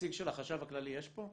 נציג של החשב הכללי יש פה?